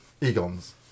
Egon's